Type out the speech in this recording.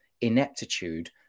ineptitude